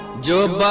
job.